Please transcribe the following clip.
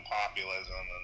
populism